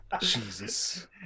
jesus